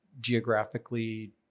geographically